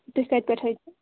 تُہۍ کَتہِ پٮ۪ٹھ حظ چھُ